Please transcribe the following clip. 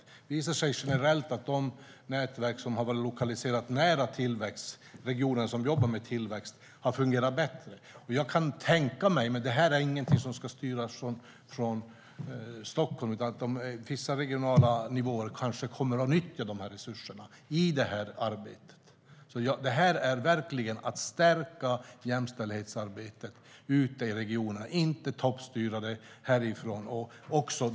Det visar sig generellt att de nätverk som har varit lokaliserade nära regioner som jobbar med tillväxt har fungerat bättre. Jag kan tänka mig att man på vissa regionala nivåer kommer att nyttja dessa resurser i arbetet, men det är inget som ska styras från Stockholm. Detta är verkligen att stärka jämställdhetsarbetet ute i regionerna och inte att toppstyra det härifrån.